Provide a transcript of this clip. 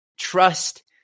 trust